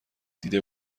دیده